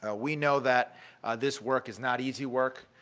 ah we know that this work is not easy work.